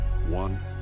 One